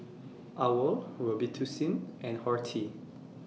OWL Robitussin and Horti